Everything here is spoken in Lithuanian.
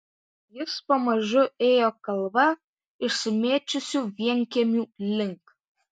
jis pamažu ėjo kalva išsimėčiusių vienkiemių link